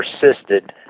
persisted